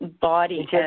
body